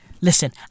listen